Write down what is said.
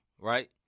right